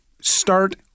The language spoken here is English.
start